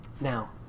Now